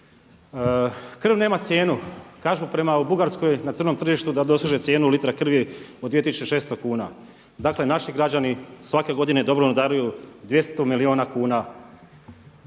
Krv nema cijenu. Kažu prema i Bugarskoj na crnom tržištu da doseže cijenu litra krvi od 2.600 kuna. Dakle naši građani svake godine dobrovoljno daruju 200 milijuna kuna,